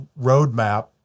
roadmap